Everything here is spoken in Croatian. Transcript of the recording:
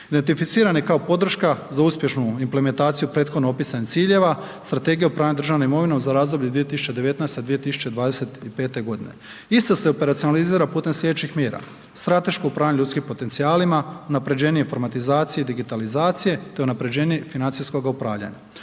Identificiran je kao podrška za uspješnu implementaciju prethodno opisanih ciljeva. Strategija upravljanja državnom imovinom za razdoblje 2019./2025. godine. Ista se operacionalizira putem sljedećih mjera: strateško upravljanje ljudskim potencijalima, unapređenje informatizacije i digitalizacije te unapređenje financijskog upravljanja.